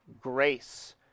grace